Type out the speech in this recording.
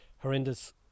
horrendous